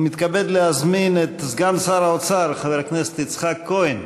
אני מתכבד להזמין את סגן שר האוצר חבר הכנסת יצחק כהן.